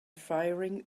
firing